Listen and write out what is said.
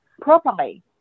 properly